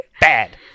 bad